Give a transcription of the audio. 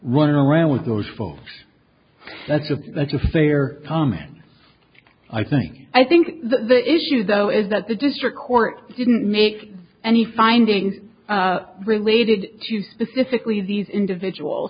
running around with those folks that's of that's a fair comment i think i think the issue though is that the district court didn't make any findings related to specifically these individual